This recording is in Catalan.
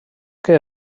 que